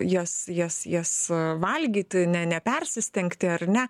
jos jas jas valgyti ne nepersistengti ar ne